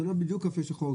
זה לא בדיוק קפה שחור,